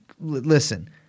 Listen